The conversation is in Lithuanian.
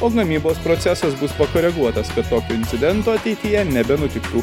o gamybos procesas bus pakoreguotas kad tokio incidento ateityje nebenutiktų